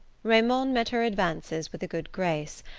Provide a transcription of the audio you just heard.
raymond met her advances with a good grace,